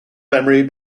memory